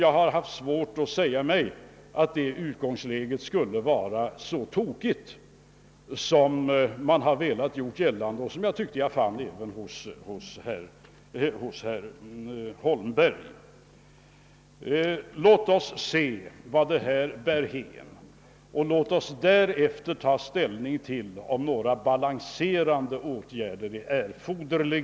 Jag har haft svårt att förstå att detta utgångsläge skulle vara så felaktigt som det gjorts gällande och som även herr Holmberg tycktes mena. Låt oss först se vart det bär hän. Därefter kan vi ta ställning till om några balanserande åtgärder erfordras.